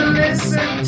listen